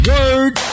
Word